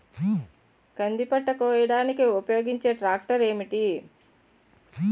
కంది పంట కోయడానికి ఉపయోగించే ట్రాక్టర్ ఏంటి?